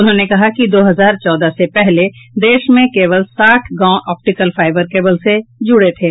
उन्होंने कहा कि दो हजार चौदह से पहले देश में केवल साठ गांव ऑप्टिकल फाइबर केबल से जुड़े थे